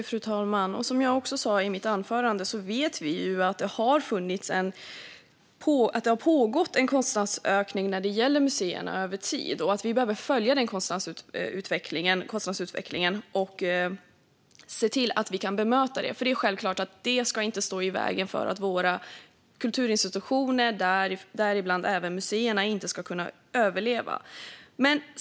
Fru talman! Som jag sa i mitt anförande är vi medvetna om kostnadsökningen för museerna, och vi behöver följa denna kostnadsutveckling och bemöta den. Givetvis får detta inte stå i vägen för att Sveriges kulturinstitutioner, däribland museerna, ska kunna överleva.